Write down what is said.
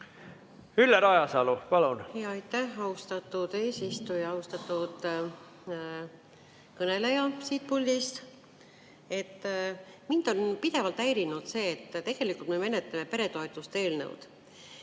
Ülle Rajasalu, palun! Aitäh, austatud eesistuja! Austatud kõneleja sealt puldist! Mind on pidevalt häirinud see, et tegelikult me menetleme peretoetuste eelnõu.